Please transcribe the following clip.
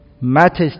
matters